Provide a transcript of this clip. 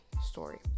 story